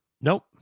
Nope